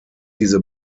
diese